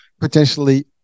potentially